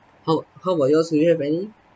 how how about yours do you have any